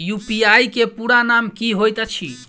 UPI केँ पूरा नाम की होइत अछि?